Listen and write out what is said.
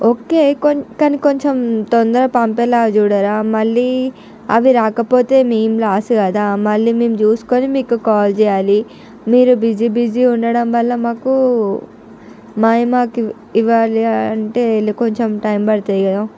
okay క కానీ కొంచెం తొందర పంపేలాగా చూడరా మళ్ళీ అవి రాకపోతే మేము లాస్ కదా మళ్ళీ మేము చూసుకొని మీకు కాల్ చేయాలి మీరు బిజీ బిజీ ఉండడం వల్ల మాకు మావి మాకు ఇవ్వాలి అంటే లే కొంచం టైం పడుతుంది కదా